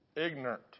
Ignorant